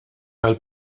għall